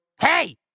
hey